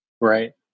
Right